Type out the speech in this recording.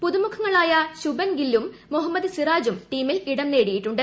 പുതുമുഖങ്ങളായ ശുഭൻ ഗില്ലും മുഹമ്മദ് സിറാജും ടീമിൽ ഇടം നേടിയിട്ടുണ്ട്